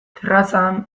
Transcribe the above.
terrazan